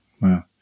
Wow